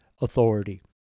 authority